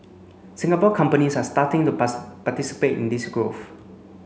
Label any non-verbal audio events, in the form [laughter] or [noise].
Singapore companies are starting to [unintelligible] participate in this growth